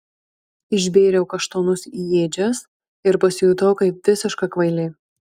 išbėriau kaštonus į ėdžias ir pasijutau kaip visiška kvailė